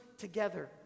together